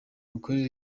imikorere